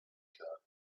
car